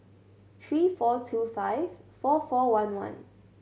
three four two five four four one one